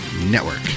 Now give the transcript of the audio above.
Network